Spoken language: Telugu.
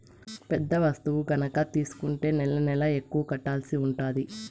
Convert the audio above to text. పెద్ద వస్తువు గనక తీసుకుంటే నెలనెలకు ఎక్కువ కట్టాల్సి ఉంటది